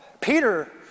Peter